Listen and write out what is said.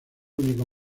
único